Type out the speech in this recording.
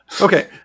Okay